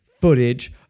footage